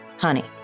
Honey